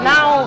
Now